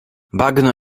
bagno